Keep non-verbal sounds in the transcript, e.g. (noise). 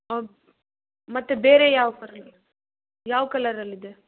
ಔ ಮತ್ತು ಬೇರೆ ಯಾವ (unintelligible) ಯಾವ ಕಲರಲ್ಲಿದೆ